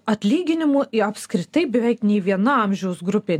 atlyginimu apskritai beveik nei viena amžiaus grupė